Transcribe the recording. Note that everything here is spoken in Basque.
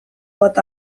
bat